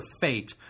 fate